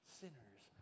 sinners